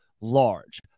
large